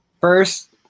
first